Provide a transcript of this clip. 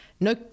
No